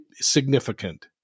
significant